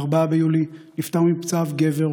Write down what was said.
ב-4 ביולי נפטר מפצעיו גבר,